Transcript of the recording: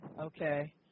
Okay